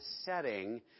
setting